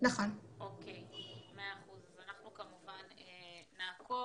אנחנו כמובן נעקוב.